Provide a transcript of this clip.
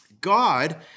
God